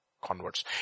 converts